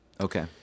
Okay